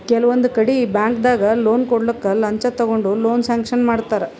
ಕೆಲವೊಂದ್ ಕಡಿ ಬ್ಯಾಂಕ್ದಾಗ್ ಲೋನ್ ಕೊಡ್ಲಕ್ಕ್ ಲಂಚ ತಗೊಂಡ್ ಲೋನ್ ಸ್ಯಾಂಕ್ಷನ್ ಮಾಡ್ತರ್